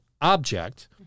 object